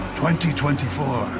2024